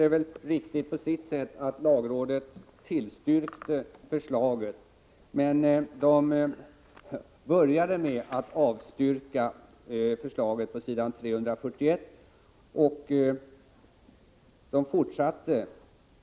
Det är på sitt sätt riktigt att lagrådet har tillstyrkt förslaget till konsumenttjänstlag. Lagrådet började emellertid med att avstyrka förslaget, enligt vad som står på s. 341 i propositionen.